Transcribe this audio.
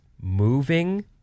moving